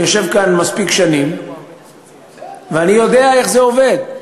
אני יושב כאן מספיק שנים ואני יודע איך זה עובד.